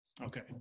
Okay